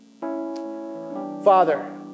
Father